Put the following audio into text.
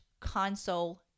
Console